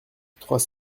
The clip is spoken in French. trois